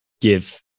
give